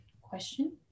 question